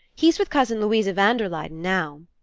he's with cousin louisa van der luyden now.